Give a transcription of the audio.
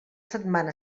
setmana